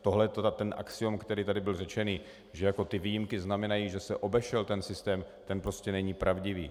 Tohle to, ten axiom, který tady byl řečený, že ty výjimky znamenají, že se obešel ten systém, ten prostě není pravdivý.